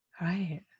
Right